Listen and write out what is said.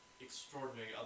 extraordinary